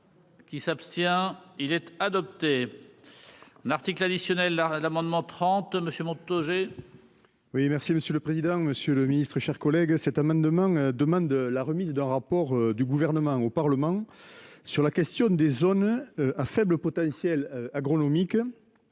Qui s'abstient-il être adopté. Un article additionnel l'amendement 30, Monsieur Montaugé.